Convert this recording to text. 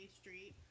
Street